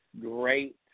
great